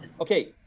Okay